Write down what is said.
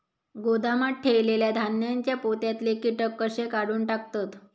गोदामात ठेयलेल्या धान्यांच्या पोत्यातले कीटक कशे काढून टाकतत?